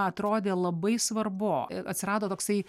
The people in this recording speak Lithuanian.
atrodė labai svarbu atsirado toksai